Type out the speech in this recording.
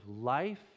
life